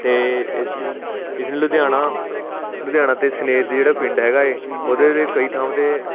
ਅਤੇ ਇਸ ਲਈ ਲੁਧਿਆਣਾ ਲੁਧਿਆਣਾ ਅਤੇ ਸਨੇਤ ਦੇ ਜਿਹੜਾ ਪਿੰਡ ਹੈਗਾ ਉਹਦੇ ਕਈ ਥਾਵਾਂ 'ਤੇ